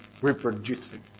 reproducing